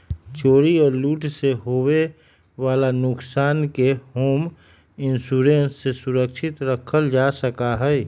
चोरी और लूट से होवे वाला नुकसान के होम इंश्योरेंस से सुरक्षित रखल जा सका हई